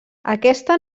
aquesta